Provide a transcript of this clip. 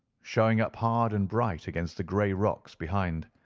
showing up hard and bright against the grey rocks behind.